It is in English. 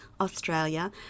australia